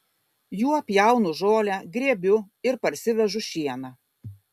juo pjaunu žolę grėbiu ir parsivežu šieną